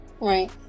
right